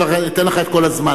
אני אתן לך את כל הזמן.